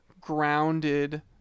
grounded